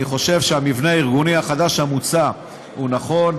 אני חושב שהמבנה הארגוני החדש המוצע הוא נכון.